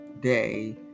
day